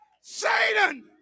Satan